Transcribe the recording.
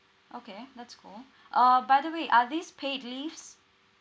okay that's cool uh by the way are these paid leaves